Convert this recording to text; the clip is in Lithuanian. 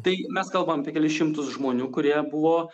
tai mes kalbam apie kelis šimtus žmonių kurie buvo